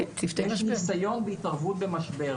יש ניסיון בהתערבות במשבר,